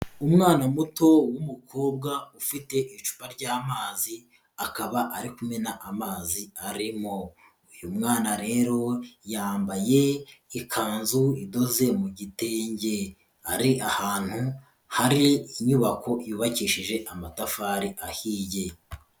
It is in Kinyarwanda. Umwana muto w'umukobwa ufite icupa ry'amazi akaba ari kumena amazi arimo, uyu mwana rero yambaye ikanzu idoze mu gitenge, ari ahantu hari inyubako yubakishije amatafari ahiye.